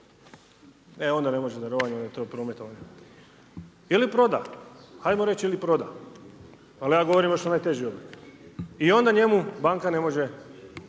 e onda ne može darovanjem onda je to prometovanje. Ili proda, hajmo reći ili proda, ali ja govorim baš onaj teži oblik i onda njemu banka ne može